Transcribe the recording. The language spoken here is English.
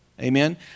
Amen